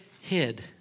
hid